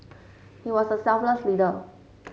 he was a selfless leader